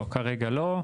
לא, כרגע לא.